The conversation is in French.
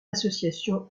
association